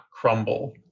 crumble